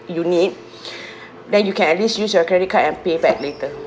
you need then you can at least use your credit card and pay back later